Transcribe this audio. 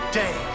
day